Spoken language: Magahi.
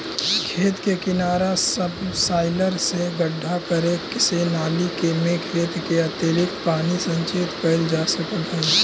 खेत के किनारा सबसॉइलर से गड्ढा करे से नालि में खेत के अतिरिक्त पानी संचित कइल जा सकऽ हई